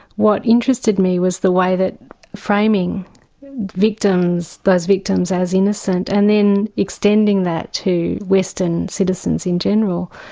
what interested me was the way that framing victims, those victims as innocent, and then extending that to western citizens in general,